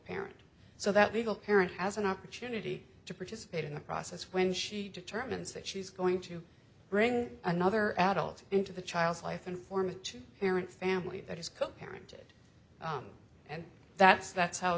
parent so that legal parent has an opportunity to participate in the process when she determines that she's going to bring another adult into the child's life and form a two parent family that is co parent it and that's that's how